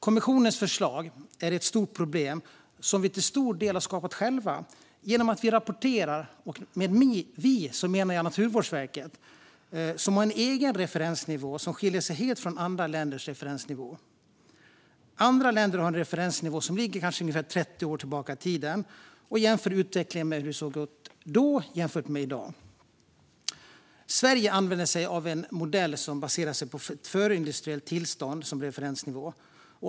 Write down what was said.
Kommissionens förslag är ett stort problem som vi till stor del själva skapat genom hur vi rapporterar - och med vi menar jag Naturvårdsverket, som har en egen referensnivå som skiljer sig helt från andra länders referensnivåer. Andra länder har en referensnivå som ligger ungefär 30 år tillbaka i tiden och jämför utvecklingen med hur det såg ut då. Sverige använder sig av en modell som baseras på ett förindustriellt tillstånd som referensnivå.